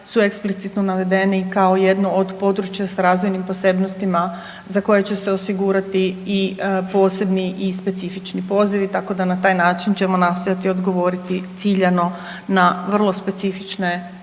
su eksplicitno navedeni kao jedno od područja s razvojnim posebnostima za koje će se osigurati i posebni i specifični pozivi tako da na taj način ćemo nastojati odgovoriti ciljano na vrlo specifične potrebe